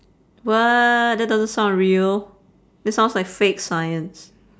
what that doesn't sound real that sounds like fake science